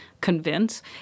convince